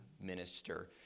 minister